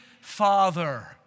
father